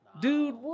Dude